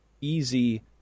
easy